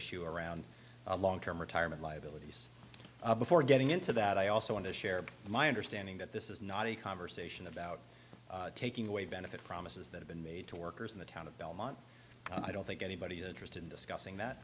issue around a long term retirement liabilities before getting into that i also want to share my understanding that this is not a conversation about taking away benefit promises that have been made to workers in the town of belmont i don't think anybody is interested in discussing that